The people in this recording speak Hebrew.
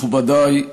מכובדיי,